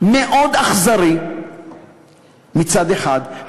מאוד אכזרי מצד אחד,